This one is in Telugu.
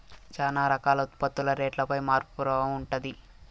చాలా రకాల ఉత్పత్తుల రేటుపై మార్పు ప్రభావం ఉంటది